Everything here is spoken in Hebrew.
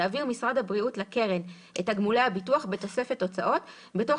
יעביר משרד הבריאות לקרן את תגמולי הביטוח בתוספת הוצאות בתוך